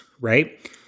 right